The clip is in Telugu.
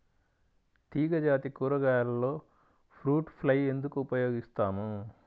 తీగజాతి కూరగాయలలో ఫ్రూట్ ఫ్లై ఎందుకు ఉపయోగిస్తాము?